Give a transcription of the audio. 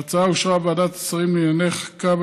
ההצעה אושרה בוועדת השרים לענייני חקיקה,